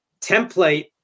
template